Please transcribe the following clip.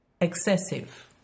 excessive